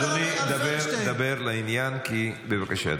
אדוני, דבר לעניין, בבקשה.